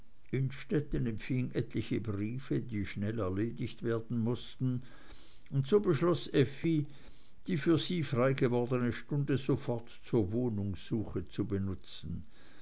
innstetten empfing etliche briefe die schnell erledigt werden mußten und so beschloß effi die für sie freigewordene stunde sofort zur wohnungssuche zu benutzen